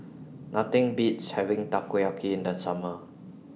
Nothing Beats having Takoyaki in The Summer